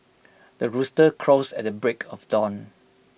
the rooster crows at the break of dawn